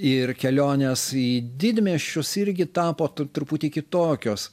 ir kelionės į didmiesčius irgi tapo truputį kitokios